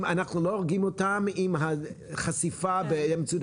אם אנחנו לא הורגים אותם עם החשיפה באמצעות